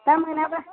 दा मोनाबा